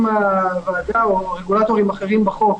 אם הוועדה או רגולטורים אחרים בחוק